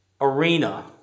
arena